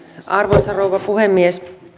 arvoisa rouva puhemies